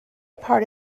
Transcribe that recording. part